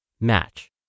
Match